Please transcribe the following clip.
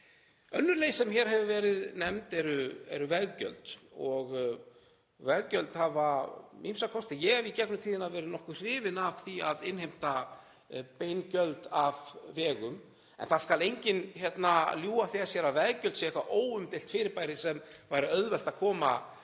Önnur leið sem hér hefur verið nefnd eru veggjöld. Veggjöld hafa ýmsa kosti og ég hef í gegnum tíðina verið nokkuð hrifinn af því að innheimta bein gjöld af vegum. En það skal enginn ljúga því að sjálfum sér að veggjöld séu óumdeilt fyrirbæri sem væri auðvelt að koma